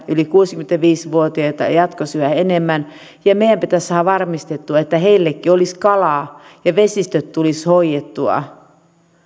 yli kuusikymmentäviisi vuotiaita ja ja jatkossa yhä enemmän ja meidän pitäisi saada varmistettua että heillekin olisi kalaa ja vesistöt tulisivat hoidettua